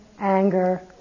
anger